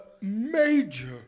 major